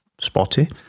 spotty